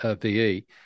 ve